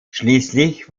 schließlich